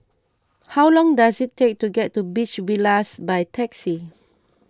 how long does it take to get to Beach Villas by taxi